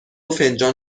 فنجان